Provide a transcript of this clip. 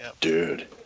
Dude